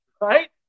right